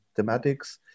thematics